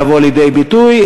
לבוא לידי ביטוי.